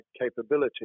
capability